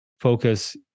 focus